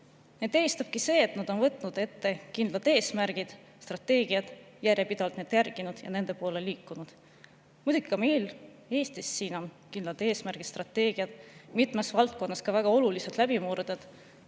Neid eristabki see, et nad on võtnud ette kindlad eesmärgid, strateegiad, järjepidevalt neid järginud ja nende poole liikunud. Muidugi ka meil Eestis siin on kindlad eesmärgid ja strateegiad, mitmes valdkonnas ka väga olulised läbimurded.